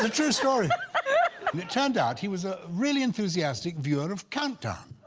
and true story it turned out he was a really enthusiastic viewer of countdown.